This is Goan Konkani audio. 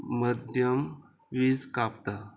मध्यम वीज कापता